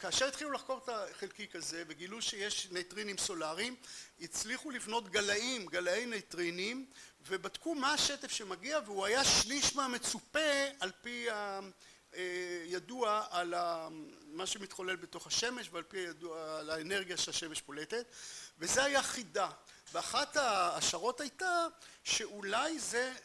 כאשר התחילו לחקור את החלקיק הזה וגילו שיש ניטרינים סולאריים הצליחו לבנות גלאים, גלאי ניטרינים ובדקו מה השטף שמגיע והוא היה שליש מהמצופה על פי הידוע על מה שמתחולל בתוך השמש ועל פי האנרגיה שהשמש פולטת וזה היה חידה ואחת השערות הייתה שאולי זה